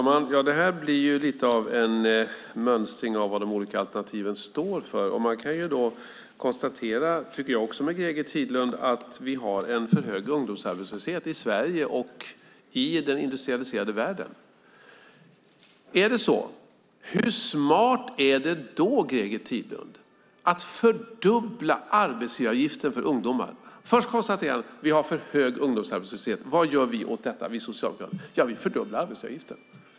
Fru talman! Det här blir lite av en mönstring av vad de olika alternativen står för. Man kan konstatera, Greger Tidlund, att vi har en för hög ungdomsarbetslöshet i Sverige och i den industrialiserade världen. Hur smart är det då, Greger Tidlund, att fördubbla arbetsgivaravgiften för ungdomar? Först konstaterar Greger Tidlund att vi har en för hög ungdomsarbetslöshet. Vad gör ni socialdemokrater åt detta? Ja, ni fördubblar arbetsgivaravgiften.